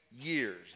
years